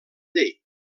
llei